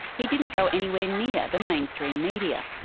he didn't go anywhere near the mainstream media.